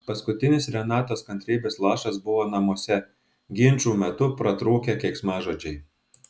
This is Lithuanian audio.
paskutinis renatos kantrybės lašas buvo namuose ginčų metu pratrūkę keiksmažodžiai